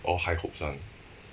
all high hopes [one]